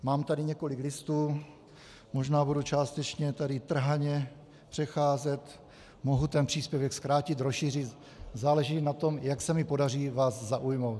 Mám tady několik listů, možná budu tady částečně trhaně přecházet, mohu ten příspěvek zkrátit, rozšířit, záleží na tom, jak se mi podaří vás zaujmout.